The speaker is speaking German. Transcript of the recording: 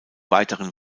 weiteren